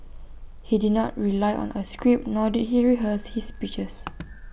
he did not rely on A script nor did he rehearse his speeches